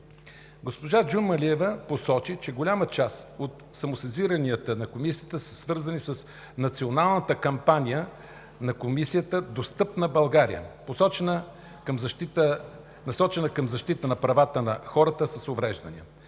Госпожа Джумалиева посочи, че голяма част от самосезиранията на Комисията са свързани с националната кампания на Комисията за защита от дискриминация „Достъпна България“, насочена към защита на правата на хората с увреждания.